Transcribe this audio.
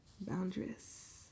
Boundaries